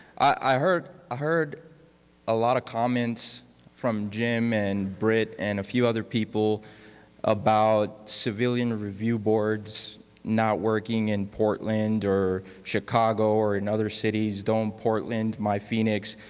i heard ah a a lot of comments from jim and britt and a few other people about civilian review boards not working in portland or chicago or in other cities, don't portland my phoenix.